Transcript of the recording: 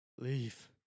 Leave